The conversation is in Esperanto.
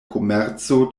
komerco